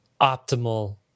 optimal